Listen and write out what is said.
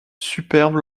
superbe